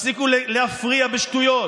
תפסיקו להפריע בשטויות,